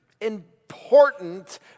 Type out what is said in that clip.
important